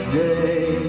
day